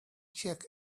check